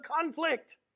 conflict